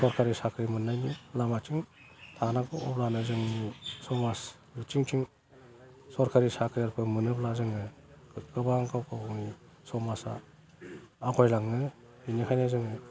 सरखारि साख्रि मोननायनि लामाथिं लानांगौ जोङो अब्लानो जों समाज बिथिंजों सरखारि साख्रिफोर मोनोब्ला जोङो गोबां गाव गावनि समाजा आगय लाङो बिनिखायनो जोङो